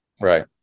Right